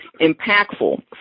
impactful